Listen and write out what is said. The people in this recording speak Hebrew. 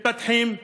מתפתחים,